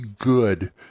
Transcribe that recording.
good